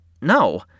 No